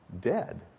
dead